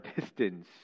distance